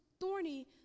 thorny